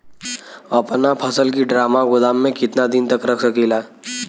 अपना फसल की ड्रामा गोदाम में कितना दिन तक रख सकीला?